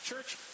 Church